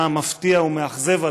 היה מפתיע ומאכזב,